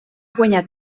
guanyat